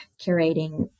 curating